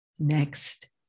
Next